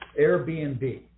Airbnb